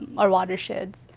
our watershed.